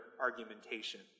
argumentation